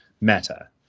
matter